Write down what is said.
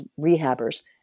rehabbers